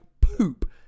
poop